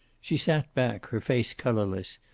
she sat back, her face colorless,